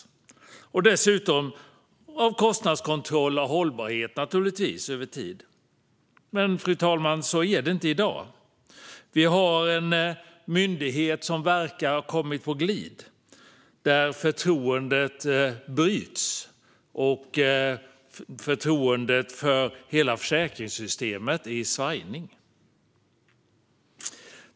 Därtill måste det naturligtvis finnas en kostnadskontroll och hållbarhet över tid. Så förhåller det sig dock inte i dag, fru talman. Vi har en myndighet som verkar ha kommit på glid, där förtroendet bryts. Förtroendet för hela försäkringssystemet är i svajning.